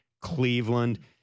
Cleveland